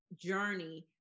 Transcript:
journey